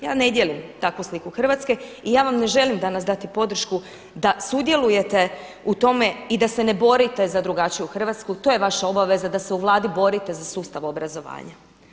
Ja ne dijelim takvu sliku Hrvatske i ja vam ne želim danas dati podršku da sudjelujete u tome i da se ne borite za drugačiju Hrvatsku, to je vaša obaveza da se u Vladi borite za sustav obrazovanja.